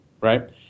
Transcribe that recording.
right